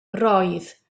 roedd